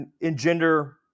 engender